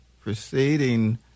preceding